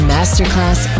Masterclass